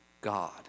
God